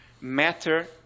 matter